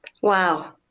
wow